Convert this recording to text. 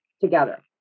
together